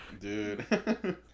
dude